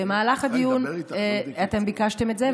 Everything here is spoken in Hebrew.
במהלך הדיון אתם ביקשתם את זה,